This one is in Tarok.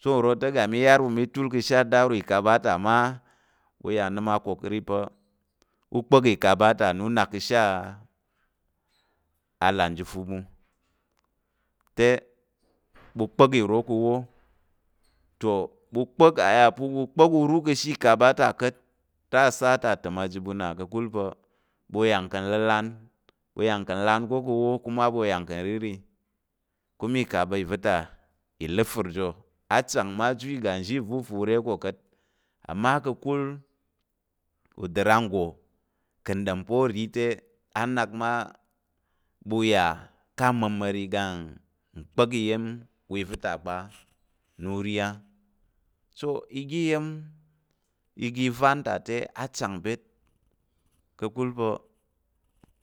so nro te ga mi yar ɓu mi tul ka̱ ashe adaro ta mma ɓu ya nəm kokari pa̱ u kpa̱k ìkaba ta nna nak ka̱ ashe a- a na u nak ka̱ ashe alanjifu ɓu te ɓu kpa̱k ìro ka̱ awo, toh ɓu kpa̱k a yà pa̱ ɓu kpa̱k u ru ka̱ ashe ìkaba ta ka̱t te a sa ta təm a ji ɓu ka̱kul ɓu yang ka̱ lan la̱n, ɓu yang ka̱ lan ka̱ awo kuma ɓu yang ka̱ nrirì kuma ìkaba va̱ ta ìləfər jor chang ma ji iga nzhi va̱ u fa u re ko ka̱t amma ka̱kul uda nranggo ka̱ ɗom ma pa̱ ô ri te, a nak mma ɓu yà ká̱ amamari ga nkpa̱k iya̱m wa i va̱ta kpa na u ri á. So iga iya̱m iga ivan ta te a chang byet ka̱kul pa̱.